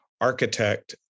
architect